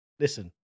Listen